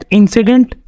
incident